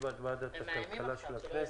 אני מתכבד לפתוח את ישיבת ועדת הכלכלה של הכנסת.